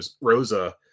Rosa